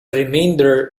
remainder